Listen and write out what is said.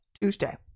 Tuesday